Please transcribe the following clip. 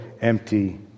empty